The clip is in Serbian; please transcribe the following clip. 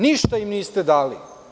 Ništa im niste dali.